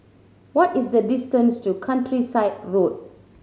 what is the distance to Countryside Road